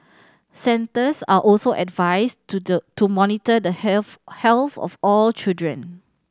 centres are also advised to the to monitor the health health of all children